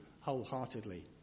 wholeheartedly